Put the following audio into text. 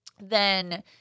then-